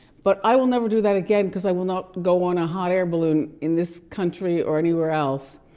but i will never do that again cause i will not go on a hot air balloon in this country or anywhere else.